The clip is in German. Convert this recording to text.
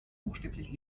buchstäblich